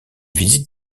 visites